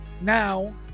now